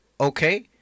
okay